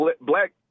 black